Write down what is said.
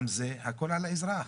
הכול על האזרח.